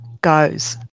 goes